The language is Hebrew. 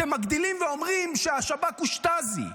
אתם מגדילים ואומרים שהשב"כ הוא שטאזי,